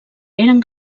eren